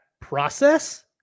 process